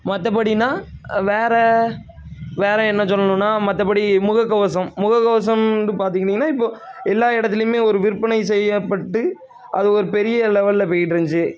மற்றபடினா வேறு வேறு என்ன சொல்லணுன்னா மற்றபடி முகக்கவசம் முகக்கவசம்ன்ட்டு பார்த்துக்கிட்டீங்கன்னா இப்போது எல்லா இடத்ததிலையுமே ஒரு விற்பனை செய்யப்பட்டு அது ஒரு பெரிய லெவலில் போயிட்டிருந்துச்சி